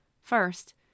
First